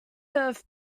earth